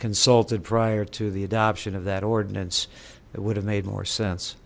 consulted prior to the adoption of that ordinance that would have made more sense